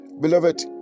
Beloved